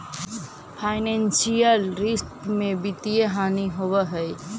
financial रिश्त में वित्तीय हानि होवऽ हई